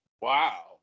wow